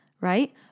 right